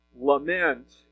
lament